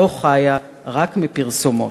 שלא חיה רק מפרסומות".